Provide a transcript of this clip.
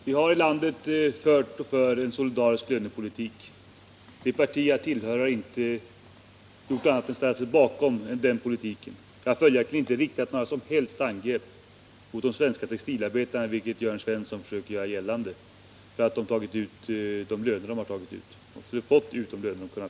Herr talman! Vi har i det här landet fört och för en solidarisk lönepolitik. Det parti som jag tillhör har ställt sig bakom den politiken. Jag har följaktligen inte riktat några som helst angrepp mot de svenska textilarbetarna — vilket Jörn Svensson försöker göra gällande — för att de har tagit ut de löner som de haft möjlighet till.